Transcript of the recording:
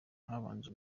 habanje